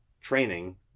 training